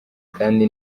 kandi